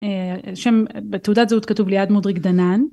שם בתעודת זהות כתוב ליד מודריג דנן.